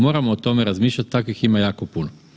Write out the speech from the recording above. Moramo o tome razmišljati, takvih ima jako puno.